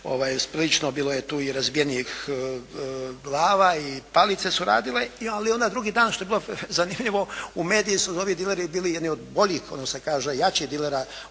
nimalo, bilo je tu i razbijenih glava i palice su radile. Ali onda drugi dan što je bilo zanimljivo u medijima su ovi dileri bili jedni od boljih odnosno što se kaže jačih dilera